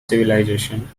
civilization